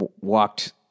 walked